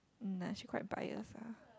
mm like she quite biased ah